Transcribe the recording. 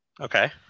Okay